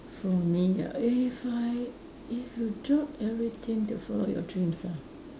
for me if I if you drop everything to follow your dreams ah